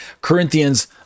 Corinthians